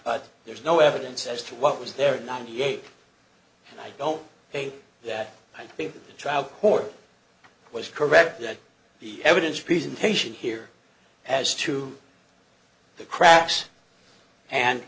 but there's no evidence as to what was there in ninety eight i don't say that i think the trial court was correct that the evidence presentation here as to the cracks and